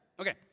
Okay